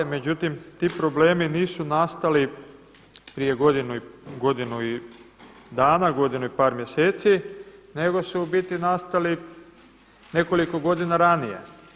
Međutim ti problemi nisu nastali prije godinu dana, godinu i par mjeseci nego su u biti nastali nekoliko godina ranije.